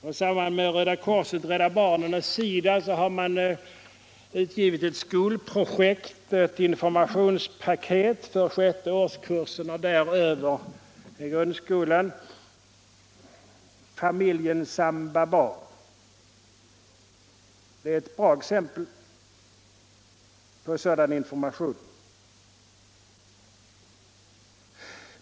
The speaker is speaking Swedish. Tillsammans med Röda korset, Rädda barnen och SIDA har Lutherhjälpen också utarbetat ett skolprojekt, ett informationspaket för sjätte årskursen i grundskolan och högstadiet, som kallas Familjen Samba Ba. Det är ett bra exempel på sådan information.